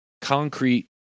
concrete